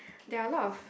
there are lot of